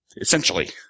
Essentially